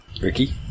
Ricky